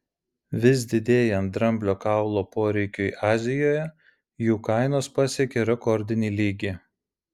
vis didėjant dramblio kaulo poreikiui azijoje jų kainos pasiekė rekordinį lygį